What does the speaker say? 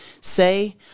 say